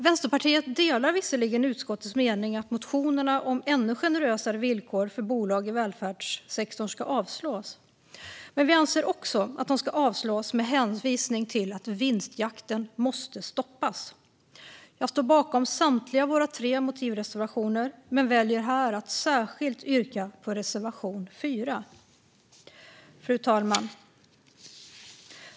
Vänsterpartiet delar visserligen utskottets mening att motionerna om ännu generösare villkor för bolag i välfärdssektorn ska avslås. Men vi anser att de ska avslås med hänvisning till att vinstjakten måste stoppas. Jag står bakom samtliga våra tre motivreservationer men väljer här att särskilt yrka bifall till reservation 4. Fru talman!